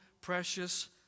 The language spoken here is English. precious